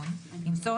וכאן נוסף